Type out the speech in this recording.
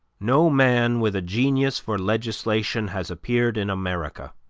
no man with a genius for legislation has appeared in america.